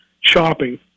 shopping